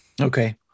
Okay